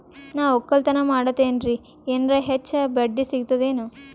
ನಾ ಒಕ್ಕಲತನ ಮಾಡತೆನ್ರಿ ಎನೆರ ಹೆಚ್ಚ ಬಡ್ಡಿ ಸಿಗತದೇನು?